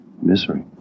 misery